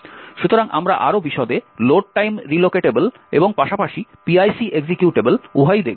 সুতরাং আমরা আরও বিশদে লোড টাইম রিলোকেটেবল এবং পাশাপাশি PIC এক্সিকিউটেবল উভয়ই দেখব